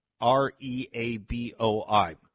R-E-A-B-O-I